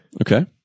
Okay